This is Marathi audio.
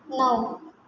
नऊ